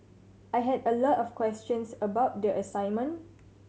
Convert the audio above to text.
I had a lot of questions about the assignment